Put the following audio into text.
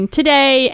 today